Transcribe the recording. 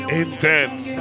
intense